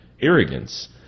arrogance